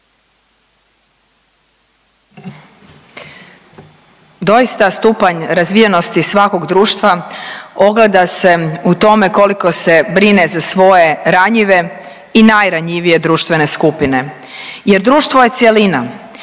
Doista stupanj razvijenosti svakog društva ogleda se u otme koliko se brine za svoje ranjive i najranjivije društvene skupine jer društvo je cjelina